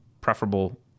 preferable